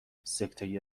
سکته